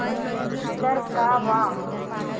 बीज दर का वा?